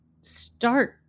start